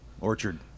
Orchard